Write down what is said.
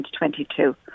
2022